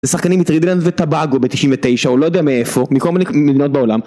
זה שחקנים מטרינידד וטובגו ב-99', או לא יודע מאיפה, מכל מיני מדינות בעולם